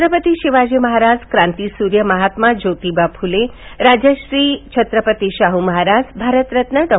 छत्रपती शिवाजी महाराज क्रांतीसूर्य महात्मा ज्योतिबा फुले राजर्षी छत्रपती शाह् महाराज भारतरत्न डॉ